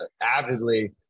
avidly